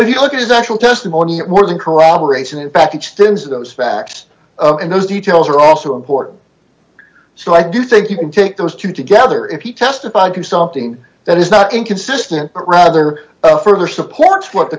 if you look at his actual testimony more than corroboration in fact extends those facts and those details are also important so i do think you can take those two together if he testified to something that is not inconsistent rather further supports what the